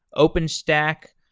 openstack.